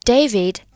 David